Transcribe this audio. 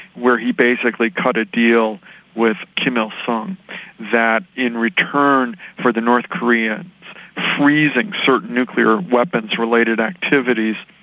where he basically cut a deal with kim il-sung that in return for the north koreans freezing certain nuclear weapons related activities,